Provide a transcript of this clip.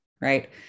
right